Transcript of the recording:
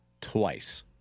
twice